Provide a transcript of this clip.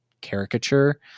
caricature